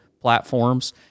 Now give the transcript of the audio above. platforms